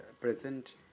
present